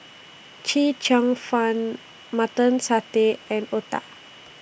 Chee Cheong Fun Mutton Satay and Otah